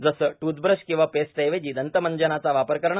जसे ट्रथब्रथ कंवा पेस्टऐवजी दंतमंजनचा वापर करणे